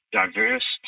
diverse